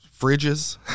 fridges